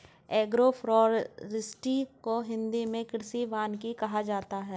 agroforestry को हिंदी मे कृषि वानिकी कहा जाता है